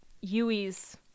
Yui's